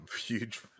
huge